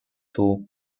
two